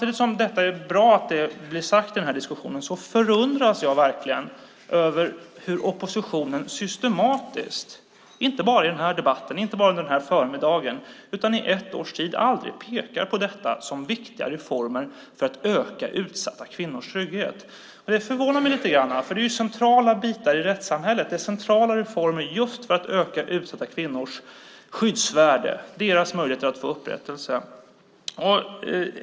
Det är bra att det blir sagt i den här diskussionen, men samtidigt förundras jag verkligen över hur oppositionen systematiskt, inte bara under den här debatten och inte bara under den här förmiddagen utan i ett års tid, aldrig pekar på detta som viktiga reformer för att öka utsatta kvinnors trygghet. Det förvånar mig lite grann eftersom det är centrala bitar i rättssamhället. Det är centrala reformer för att öka utsatta kvinnors skyddsvärde och möjligheter att få upprättelse.